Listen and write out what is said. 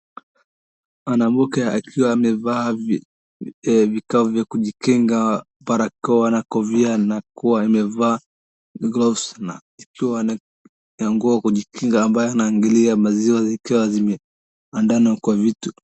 Mwanamke akiwa amevaa vikao vya kujikinga, barakoa na kofia na kuwa amevaa gloves na kuwa na nguo kujikinga ambaye anaangilia maziwa ikiwa imegandana kwa vitu.